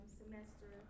semester